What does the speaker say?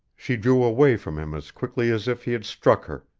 she drew away from him as quickly as if he had struck her,